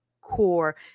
core